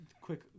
quick